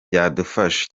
byadufasha